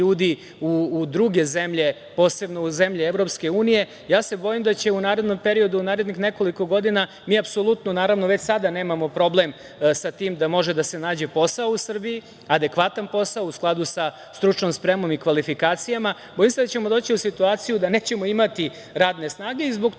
u druge zemlje, posebno u zemlje Evropske unije, ja se bojim da će u narednom periodu, u narednih nekoliko godina, mi apsolutno već sada nemamo problem sa tim da može da se nađe posao u Srbiji, adekvatan posao, u skladu sa stručnom spremom i kvalifikacijama, bojim se da ćemo doći u situaciju da nećemo imati radne snage. Zbog toga